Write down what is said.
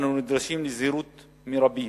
אנו נדרשים לזהירות מרבית.